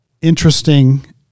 interesting